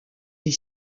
des